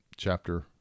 Chapter